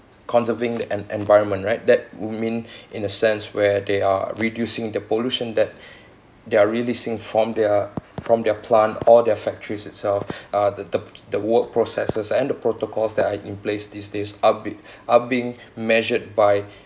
conserving the en~ environment right that would mean in a sense where they are reducing the pollution that they're releasing from their from their plant or their factories itself uh the the the work processes and the protocols that are in place these days are be~ are being measured by